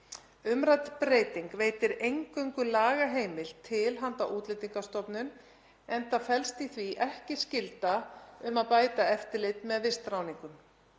Umrædd breyting veitir eingöngu lagaheimild til handa Útlendingastofnun enda felst í því ekki skylda um að bæta eftirlit með vistráðningum.